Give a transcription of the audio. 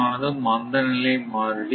ஆனது மந்தநிலை மாறிலி